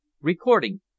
Recording